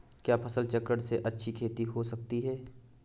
क्या फसल चक्रण से अच्छी खेती हो सकती है?